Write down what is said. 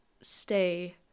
stay